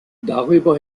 darüber